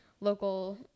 local